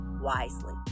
wisely